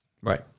Right